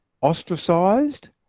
ostracized